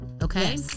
Okay